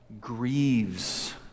grieves